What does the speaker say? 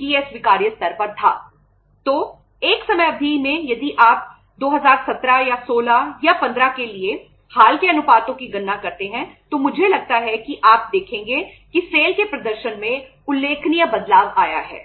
यह मानक rule of thumb के प्रदर्शन में उल्लेखनीय बदलाव आया है